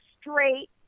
straight